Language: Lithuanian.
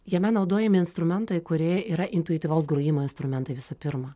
jame naudojami instrumentai kurie yra intuityvaus grojimo instrumentai visų pirma